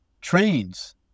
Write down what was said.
trains